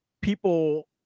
people